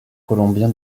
colombien